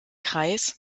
kreis